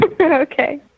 Okay